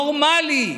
נורמלי,